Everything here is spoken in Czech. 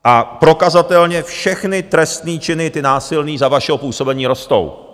A prokazatelně všechny trestné činy, ty násilné, za vašeho působení rostou.